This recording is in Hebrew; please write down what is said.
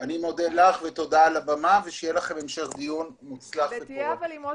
אני מאחל המשך דיון מוצלח ופורה.